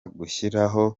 gushyiraho